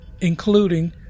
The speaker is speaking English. including